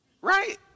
Right